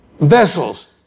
Vessels